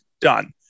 done